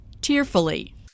tearfully